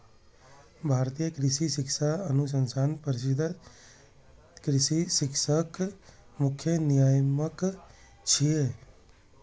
भारतीय कृषि शिक्षा अनुसंधान परिषद कृषि शिक्षाक मुख्य नियामक छियै